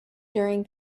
during